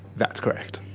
that's correct.